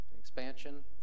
expansion